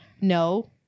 no